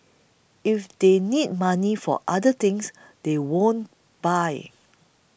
if they need money for other things they won't buy